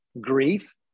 grief